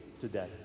today